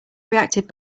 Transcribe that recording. reacted